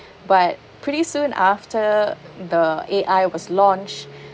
but pretty soon after the A_I was launched